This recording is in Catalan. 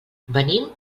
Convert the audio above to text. venim